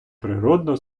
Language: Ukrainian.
природно